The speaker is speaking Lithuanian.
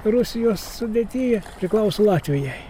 rusijos sudėtyje priklauso latvijai